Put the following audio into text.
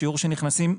השיעור שבו נכנסים,